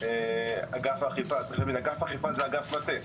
אגף אכיפה זה אגף מטה,